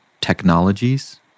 technologies